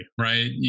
right